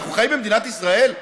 אנחנו חיים במדינת ישראל?